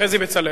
חזי בצלאל.